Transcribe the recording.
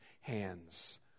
hands